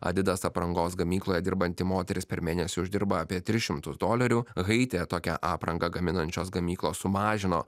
adidas aprangos gamykloj dirbanti moteris per mėnesį uždirba apie tris šimtus dolerių haityje tokią aprangą gaminančios gamyklos sumažino